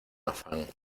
afán